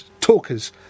talkers